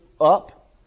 up